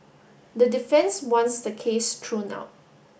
the defence wants the case thrown out